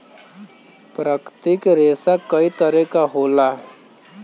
प्राकृतिक रेसा कई तरे क होला